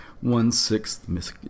one-sixth